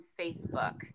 Facebook